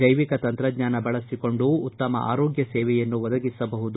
ಜೈವಿಕ ತಂತ್ರಜ್ಞಾನ ಬಳಸಿಕೊಂಡು ಉತ್ತಮ ಆರೋಗ್ಯ ಸೇವೆಯನ್ನು ಒದಗಿಸಬಹುದು